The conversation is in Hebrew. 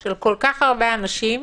של כל-כך הרבה אנשים